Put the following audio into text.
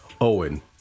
Owen